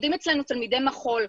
לומדים אצלנו תלמידי מחול,